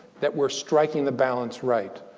that we're striking the balance right.